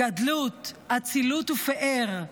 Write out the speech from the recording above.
"גדלות, אצילות ופאר.